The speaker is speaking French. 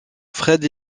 fred